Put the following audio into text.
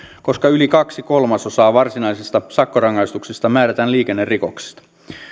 koska yli kaksi kolmasosaa varsinaisista sakkorangaistuksista määrätään liikennerikoksista